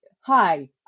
hi